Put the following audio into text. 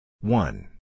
one